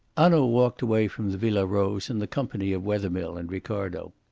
hanaud walked away from the villa rose in the company of wethermill and ricardo.